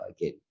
again